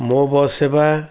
ମୋ ବସ୍ ସେବା